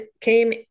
came